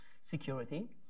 security